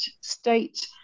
state